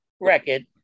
record